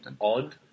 odd